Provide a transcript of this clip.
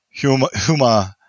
Huma